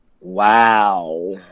wow